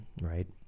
right